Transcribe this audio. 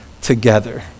together